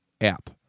app